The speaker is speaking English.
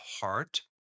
heart